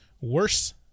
worse